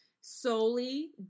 solely